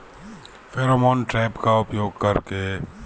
Pheromone trap का उपयोग कर के?